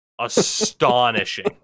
Astonishing